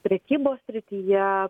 prekybos srityje